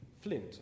flint